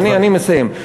אני מסיים.